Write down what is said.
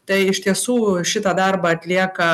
tai iš tiesų šitą darbą atlieka